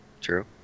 True